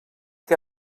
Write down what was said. que